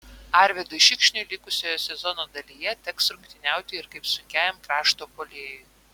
arvydui šikšniui likusioje sezono dalyje teks rungtyniauti ir kaip sunkiajam krašto puolėjui